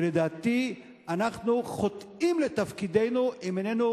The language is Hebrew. שלדעתי אנחנו חוטאים לתפקידנו אם איננו